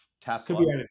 tesla